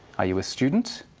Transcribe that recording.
are you a student?